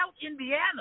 Indiana